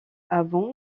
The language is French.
avant